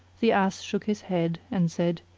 the ass shook his head and said,